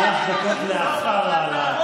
שלוש דקות לאחר העלאת